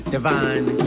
Divine